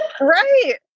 right